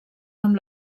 amb